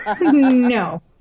No